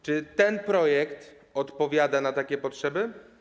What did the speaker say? Czy ten projekt odpowiada na takie potrzeby?